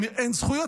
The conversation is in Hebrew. אם אין זכויות,